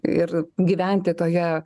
ir gyventi toje